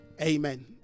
Amen